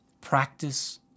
practice